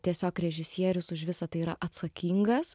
tiesiog režisierius už visa tai yra atsakingas